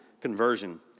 conversion